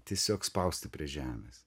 tiesiog spausti prie žemės